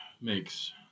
makes